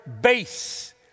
base